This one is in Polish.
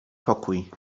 pokój